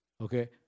Okay